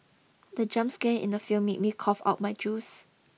the jump scare in the film made me cough out my juice